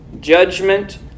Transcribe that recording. judgment